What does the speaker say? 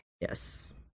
Yes